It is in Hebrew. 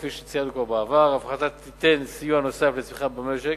כפי שציינו כבר בעבר: 1. ההפחתה תיתן סיוע נוסף לצמיחה במשק,